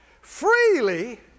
Freely